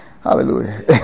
Hallelujah